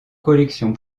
collections